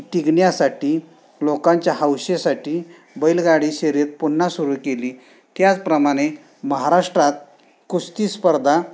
टिकण्यासाठी लोकांच्या हौशीसाठी बैलगाडी शर्यत पुन्हा सुरू केली त्याचप्रमाणे महाराष्ट्रात कुस्ती स्पर्धा